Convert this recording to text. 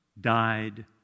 died